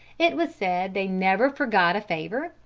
it was said they never forgot a favor,